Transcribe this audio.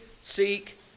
seek